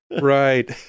Right